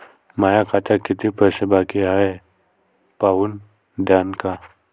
माया खात्यात कितीक पैसे बाकी हाय हे पाहून द्यान का?